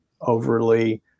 overly